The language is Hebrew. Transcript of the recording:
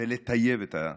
לטייב את הטיפול.